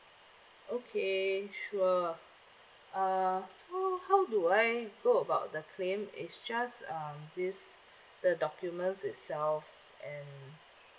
okay sure uh so how do I go about the claim is just um this the documents itself and